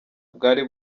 bwari